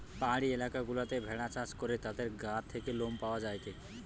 পাহাড়ি এলাকা গুলাতে ভেড়া চাষ করে তাদের গা থেকে লোম পাওয়া যায়টে